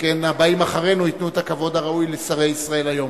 שכן הבאים אחרינו ייתנו את הכבוד הראוי לשרי ישראל היום.